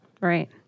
Right